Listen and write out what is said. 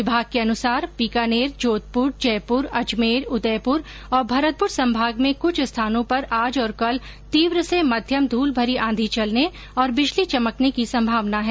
विभाग के अनुसार बीकानेर जोधपुर जयपुर अजमेर उदयपुर और भरतपुर संभाग में कुछ स्थानों पर आज और कल तीव्र से मध्यम धूलभरी आंधी चलने और बिजली चमकने की संभावना है